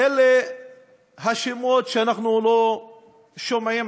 אלה השמות שאנחנו לא שומעים,